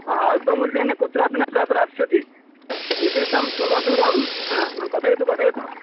अ अल्पमूल्येन कुत्रापि न प्र प्राप्स्यति इदं सुमधुरं आ म कथयतु कथयतु